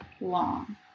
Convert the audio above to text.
long